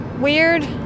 weird